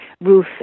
Ruth